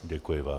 Děkuji vám.